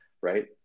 Right